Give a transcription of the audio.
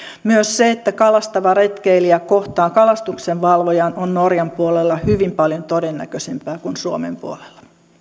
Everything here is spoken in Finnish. myös se että kalastava retkeilijä kohtaa kalastuksenvalvojan on norjan puolella hyvin paljon todennäköisempää kuin suomen puolella